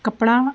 कपड़ा